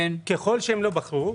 ככל שהם לא בחרו,